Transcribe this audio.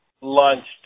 launched